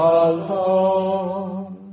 alone